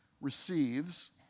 receives